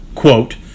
Quote